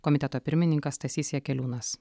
komiteto pirmininkas stasys jakeliūnas